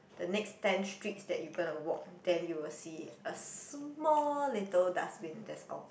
the next ten streets that you gonna walk then you will see a small little dust bin that's all